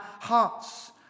hearts